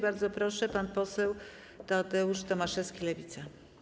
Bardzo proszę, pan poseł Tadeusz Tomaszewski, Lewica.